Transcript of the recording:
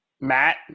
Matt